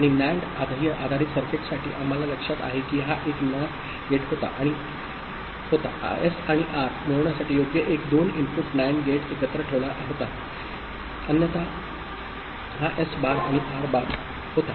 आणि नान्ड आधारित सर्किटसाठी आम्हाला लक्षात आहे की हा एक नॉट गेट होता एस आणि आर मिळविण्यासाठी योग्य एक 2 इनपुट नान्ड गेट एकत्र ठेवला होता अन्यथा हा एस बार आणि आर बार होता